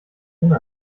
ohne